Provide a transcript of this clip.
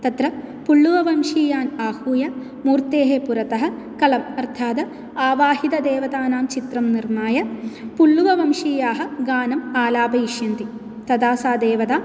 तत्र पुल्लुववंशीयान् आहूय मूर्तेः पुरतः कलब् अर्थाद् आवाहितदेवतानां चित्रं निर्माय पुल्लुववंशीयाः गानं आलापयिष्यन्ति तदा सा देवता